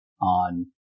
on